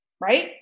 right